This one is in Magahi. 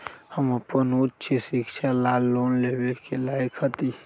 हम अपन उच्च शिक्षा ला लोन लेवे के लायक हती?